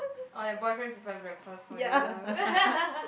or your boyfriend prepare breakfast for you